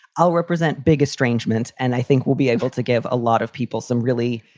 i'll represent big estrangements, and i think we'll be able to give a lot of people some really.